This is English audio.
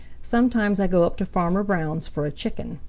sometimes i go up to farmer brown's for a chicken.